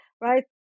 right